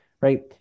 right